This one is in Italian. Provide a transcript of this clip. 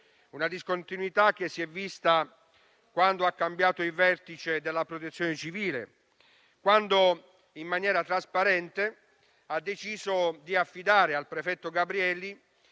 La discontinuità si è vista anche quando ha cambiato il vertice della Protezione civile e quando, in maniera trasparente, ha deciso di affidare al prefetto Gabrielli